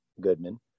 Goodman